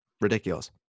Ridiculous